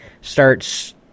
starts